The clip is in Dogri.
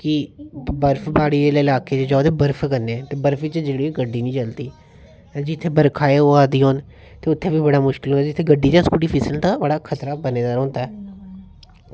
की बर्फ प्हाड़ी आह्ले इलाके ते बर्फ कन्नै जेह्की गड्डी निं चलदी ते जित्थें बर्खां होआ दियां न ते उत्थें बड़ा मुश्कल ऐ उत्थें ते गड्डी ते स्कूटी दा खतरा बने दा रौहंदा